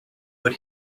put